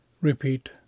Repeat